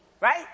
right